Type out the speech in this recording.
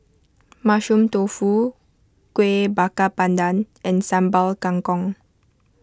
Mushroom Tofu Kuih Bakar Pandan and Sambal Kangkong